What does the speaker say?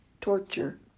torture